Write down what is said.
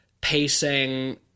pacing